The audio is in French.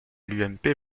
l’ump